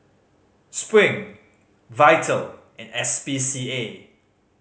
Spring Vital and S P C A